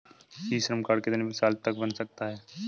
ई Shram card कितने साल तक बन सकता है?